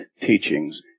teachings